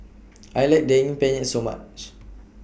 I like Daging Penyet very much